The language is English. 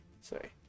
Sorry